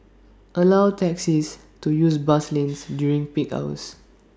allow taxis to use bus lanes during peak hours